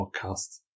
podcast